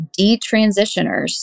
detransitioners